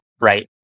right